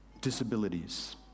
disabilities